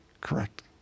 correct